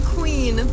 Queen